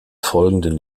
folgenden